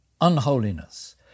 unholiness